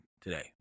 today